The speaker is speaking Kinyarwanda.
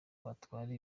batwara